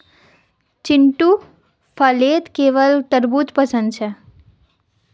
चिंटूक फलत केवल तरबू ज पसंद छेक